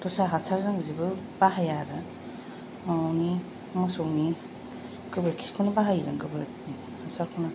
दस्रा हासारजों जों जेबो बाहा आरो न'नि मोसौनि गोबोरखिखौनो बाहायो जों गोबोर हासारखौनो